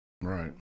Right